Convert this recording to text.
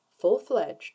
full-fledged